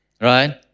Right